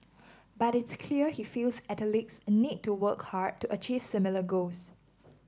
but it's clear he feels athletes need to work hard to achieve similar goals